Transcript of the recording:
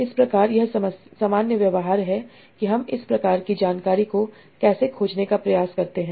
इस प्रकार यह सामान्य व्यवहार है कि हम इस प्रकार की जानकारी को कैसे खोजने का प्रयास करते हैं